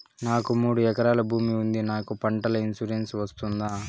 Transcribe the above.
నాకు మూడు ఎకరాలు భూమి ఉంది నాకు పంటల ఇన్సూరెన్సు వస్తుందా?